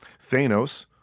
Thanos